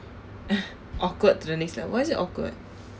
awkward to the next level why is it awkward